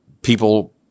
People